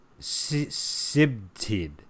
Sibtid